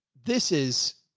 this is.